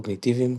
קוגניטיביים,